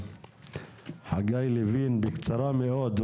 חגי לוין, בקצרה מאוד.